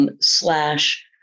slash